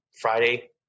Friday